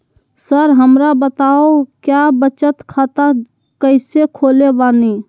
Sir हमरा बताओ क्या बचत खाता कैसे खोले बानी?